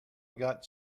got